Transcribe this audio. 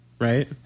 right